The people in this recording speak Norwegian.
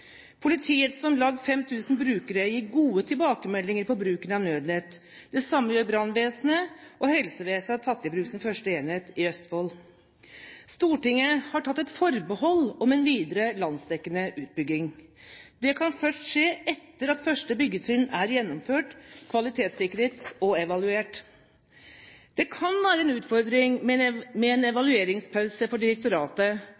Politiets om lag 5 000 brukere gir gode tilbakemeldinger på bruken av Nødnett. Det samme gjør brannvesenet, og helsevesenet har tatt i bruk sin første enhet i Østfold. Stortinget har tatt et forbehold om en videre landsdekkende utbygging. Det kan først skje etter at første byggetrinn er gjennomført, kvalitetssikret og evaluert. Det kan være en utfordring med en